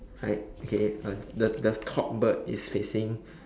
right K uh the the top bird is facing